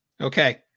Okay